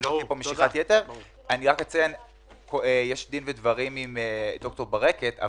יש דין ודברים עם ד"ר ברקת,